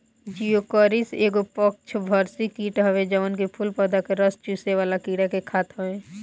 Geocoris एगो परभक्षी कीट हवे जवन की फूल पौधा के रस चुसेवाला कीड़ा के खात हवे